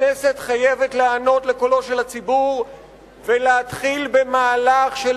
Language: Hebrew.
הכנסת חייבת להיענות לקולו של הציבור ולהתחיל במהלך של